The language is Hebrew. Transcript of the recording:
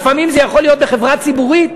לפעמים זה יכול להיות בחברה ציבורית,